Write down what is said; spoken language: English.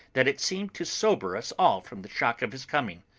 that it seemed to sober us all from the shock of his coming.